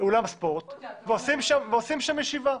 אולם ספורט ועושים שם ישיבה.